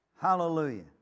Hallelujah